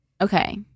Okay